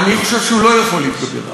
אני חושב שהוא לא יכול להתגבר.